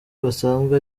basanzwe